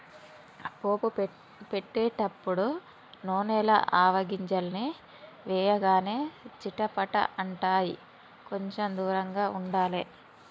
పోపు పెట్టేటపుడు నూనెల ఆవగింజల్ని వేయగానే చిటపట అంటాయ్, కొంచెం దూరంగా ఉండాలే